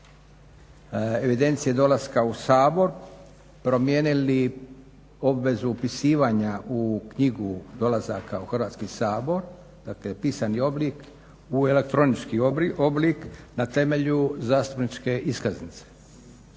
evidencije dolaska u Sabor promijenili obvezu upisivanja u knjigu dolazaka u Hrvatski sabor, dakle pisani oblik u elektronički oblik na temelju zastupničke iskaznice.